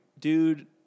Dude